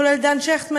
כולל של דן שכטמן,